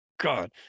God